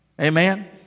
Amen